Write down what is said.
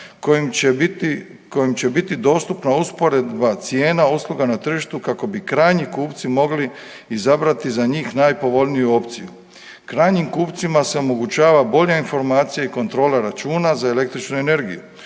kojim će biti dostupna usporedba cijena usluga na tržištu kako bi krajnji kupci mogli izabrati za njih najpovoljniju opciju. Krajnjim kupcima se omogućava bolja informacija i kontrola računa za električnu energiju,